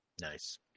Nice